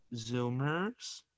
Zoomers